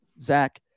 Zach